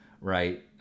right